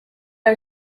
are